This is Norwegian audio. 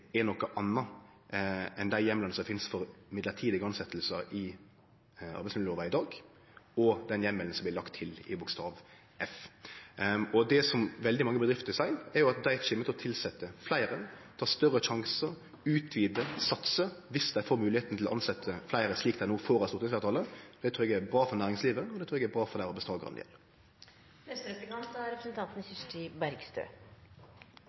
er noko anna enn dei heimlane som finst for mellombelse tilsettingar i arbeidsmiljølova i dag og den heimelen som blir lagt til i bokstav f. Det som veldig mange bedrifter seier, er at dei kjem til å tilsette fleire, ta større sjansar, utvide, satse, dersom dei får høve til å tilsette fleire, slik dei no får av stortingsfleirtalet. Det trur eg er bra for næringslivet, og det trur eg er bra for dei arbeidstakarane